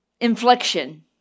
inflection